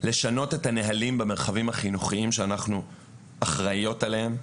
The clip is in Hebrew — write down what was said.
לשנות את הנהלים במרחבים החינוכיים שאנחנו אחראים להם,